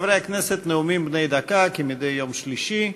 חברי הכנסת, נאומים בני דקה, כמדי יום שלישי.